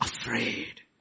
afraid